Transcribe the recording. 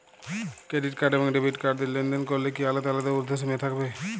Credit card এবং debit card দিয়ে লেনদেন করলে কি আলাদা আলাদা ঊর্ধ্বসীমা থাকবে?